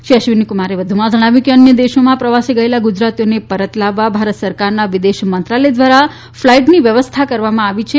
શ્રી અશ્વિનીકુમારે વધુમાં જણાવ્યું હતું કે અન્ય દેશોમાં પ્રવાસે ગયેલા ગુજરાતીઓને પરત લાવવા ભારત સરકારના વિદેશ મંત્રાલય દ્વારા ફ્લાઇટની વ્યવસ્થા કરવામાં આવી છે